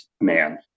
man